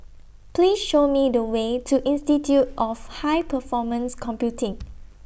Please Show Me The Way to Institute of High Performance Computing